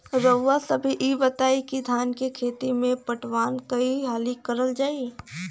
रउवा सभे इ बताईं की धान के खेती में पटवान कई हाली करल जाई?